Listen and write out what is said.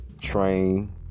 train